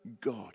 god